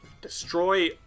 Destroy